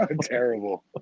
Terrible